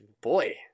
boy